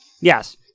Yes